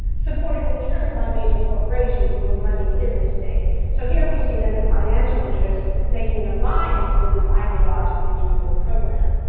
supported in turn by major corporations for who money is at stake. so here we see then the financial interests making an alliance with this ideologically driven program.